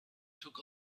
took